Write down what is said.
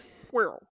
Squirrel